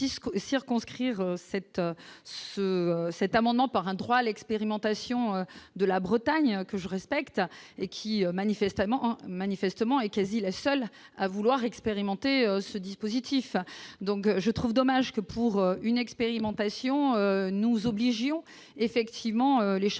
circonscrire cet ce cet amendement par un droit à l'expérimentation de la Bretagne, que je respecte, et qui manifestement manifestement est quasi la seule à vouloir expérimenter ce dispositif donc je trouve dommage que pour une expérimentation nous obliger ont effectivement les chambres